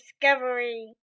discovery